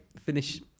finish